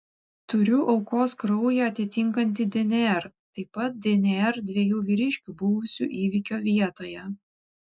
turiu aukos kraują atitinkantį dnr taip pat dnr dviejų vyriškių buvusių įvykio vietoje